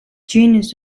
genus